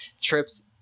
Trips